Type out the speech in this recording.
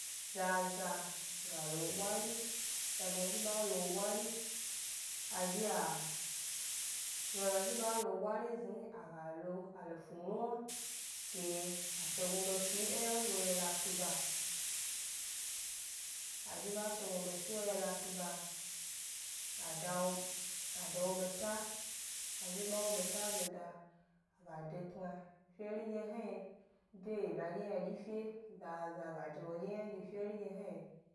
Zaza ga lo wo bwari, zaza zhi ba lo wo bwari, a zhi a, zaza zhi ba lo wo bwari zni, a ga lo a lo fu nuwna ke a chegnudo fi e wo 'ye latu ba, a zhi ba chegnudo fi e wo 'ye latu ba, a da wo, a da wo beta, a zhi ba wo beta zo da, a ga de kna, feri dye hna de yi badye ynadyi fe, zaza ga de wodye yna dyi fedye hna yi.